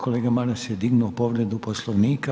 Kolega Maras je dignuo povredu Poslovnika.